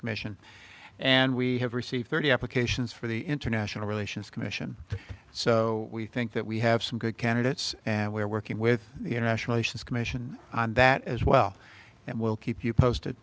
commission and we have received thirty applications for the international relations commission so we think that we have some good candidates and we're working with the international issues commission on that as well and we'll keep you posted